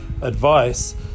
advice